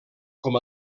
com